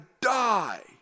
die